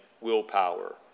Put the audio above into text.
willpower